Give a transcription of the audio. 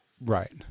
Right